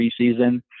preseason